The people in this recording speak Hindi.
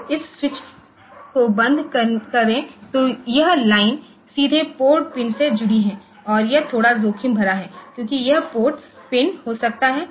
तो इस स्विच को बंद करें तो यह लाइन सीधे पोर्ट पिन से जुड़ी है और यह थोड़ा जोखिम भरा है क्योंकि यह पोर्ट पिन हो सकता है